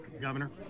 GOVERNOR